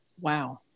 Wow